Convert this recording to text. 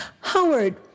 Howard